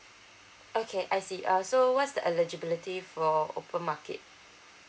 okay I see uh so what's the eligibility for open market